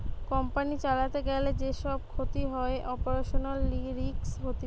company চালাতে গিলে যে সব ক্ষতি হয়ে অপারেশনাল রিস্ক হতিছে